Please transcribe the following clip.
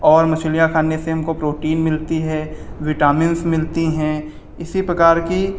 और मछलियाँ खाने से हमको प्रोटीन मिलती है विटामिंस मिलती हैं इसी प्रकार की